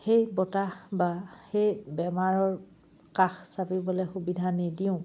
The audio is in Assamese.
সেই বতাহ বা সেই বেমাৰৰ কাষ চাপিবলৈ সুবিধা নিদিওঁ